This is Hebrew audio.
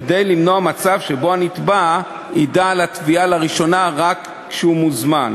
כדי למנוע מצב שבו הנתבע יֵדע על התביעה לראשונה רק כשהוא מוזמן.